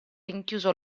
rinchiuso